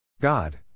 God